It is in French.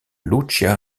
lucía